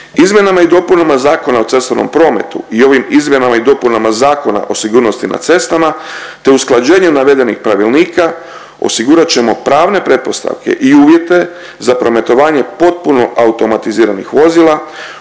Izmjenama i dopunama Zakona o cestovnom prometu i ovim izmjenama i dopunama Zakona o sigurnosti na cestama te usklađenje navedenih pravilnika osigurat ćemo pravne pretpostavke i uvjete za prometovanje potpuno automatiziranih vozila,